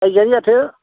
जायखियानो जाथों